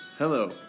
Hello